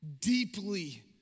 deeply